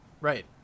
Right